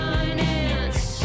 Finance